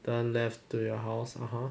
turn left to your house (uh huh)